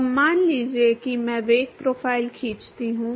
अब मान लीजिए कि मैं वेग प्रोफ़ाइल खींचता हूं